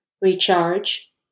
recharge